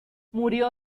murió